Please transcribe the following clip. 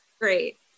Great